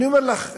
אני אומר לך,